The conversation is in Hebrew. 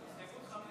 הסתייגות 5,